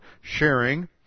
sharing